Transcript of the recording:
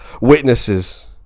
witnesses